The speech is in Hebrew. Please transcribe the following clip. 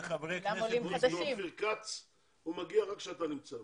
רק אופיר כץ מגיע כשאתה נמצא.